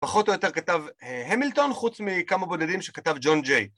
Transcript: פחות או יותר כתב המילטון חוץ מכמה בודדים שכתב ג'ון ג'יי.